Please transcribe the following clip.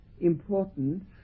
importance